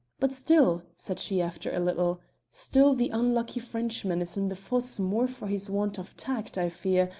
but still, said she after a little still the unlucky frenchman is in the fosse more for his want of tact, i fear,